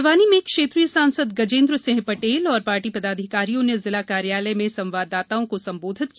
बड़वानी में क्षेत्रीय सांसद गजेन्द्र सिंह पटेल और पार्टी पदाधिकारियों ने जिला कार्यालय में संवाददाताओं को संबोधित किया